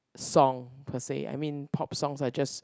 song per se I mean pop songs are just